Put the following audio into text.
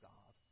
God